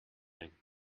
thing